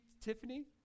Tiffany